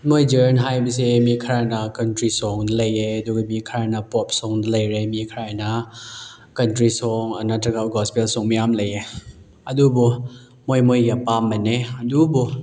ꯃꯣꯏ ꯖꯔꯟ ꯍꯥꯏꯕꯁꯦ ꯃꯤ ꯈꯔꯅ ꯀꯟꯇ꯭ꯔꯤ ꯁꯣꯡꯗ ꯂꯩꯌꯦ ꯑꯗꯨꯒ ꯃꯤ ꯈꯔꯅ ꯄꯣꯞ ꯁꯣꯡꯗ ꯂꯩꯔꯦ ꯃꯤ ꯈꯔꯅ ꯀꯟꯇ꯭ꯔꯤ ꯁꯣꯡ ꯅꯠꯇ꯭ꯔꯒ ꯒꯣꯁꯄꯦꯜ ꯁꯣꯡ ꯃꯌꯥꯝ ꯂꯩꯌꯦ ꯑꯗꯨꯕꯨ ꯃꯣꯏ ꯃꯣꯏꯒꯤ ꯑꯄꯥꯝꯕꯅꯦ ꯑꯗꯨꯕꯨ